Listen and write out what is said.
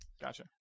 Gotcha